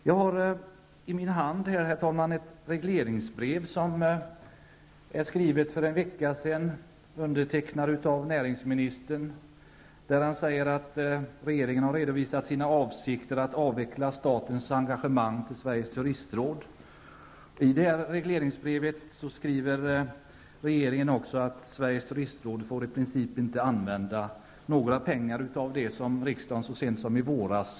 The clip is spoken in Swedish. Jag har i min hand, herr talman, ett regleringsbrev som är skrivet för en vecka sedan, undertecknat av näringsministern, där det står att regeringen har redovisat sina avsikter att avveckla statens engagemang i Sveriges turistråd. I detta regleringsbrev skriver regeringen också att Sveriges turistråd i princip inte får använda några av de pengar som riksdagen fattat beslut om så sent som i våras.